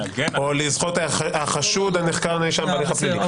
או את זכויות החשוד הנחקר הנאשם בהליך הפלילי.